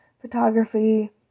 photography